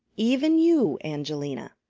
even you, angelina,